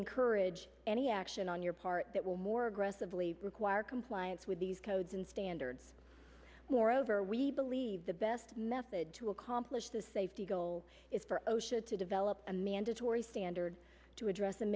encourage any action on your part that will more aggressively require compliance with these codes and standards moreover we believe the best method to accomplish the safety goal is for osha to develop a mandatory standard to address